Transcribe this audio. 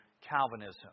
Calvinism